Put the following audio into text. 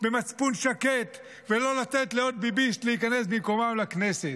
במצפון שקט ולא לתת לעוד ביביסט להיכנס במקומם לכנסת.